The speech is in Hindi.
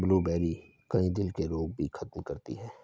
ब्लूबेरी, कई दिल के रोग भी खत्म करती है